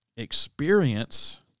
Experience